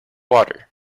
water